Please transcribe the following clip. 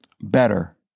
better